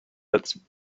let